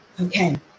Okay